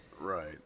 Right